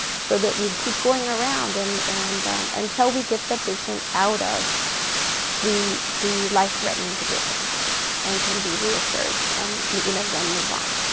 so that we keep going around and and until we get the patient out of the the life-threatening condition and can be reassured, and you know then move on.